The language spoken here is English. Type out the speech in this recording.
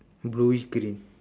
blueish green